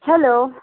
hello